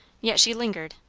yet she lingered.